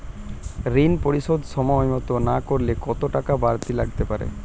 ঋন পরিশোধ সময় মতো না করলে কতো টাকা বারতি লাগতে পারে?